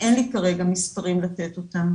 אין לי כרגע מספרים לתת אותם.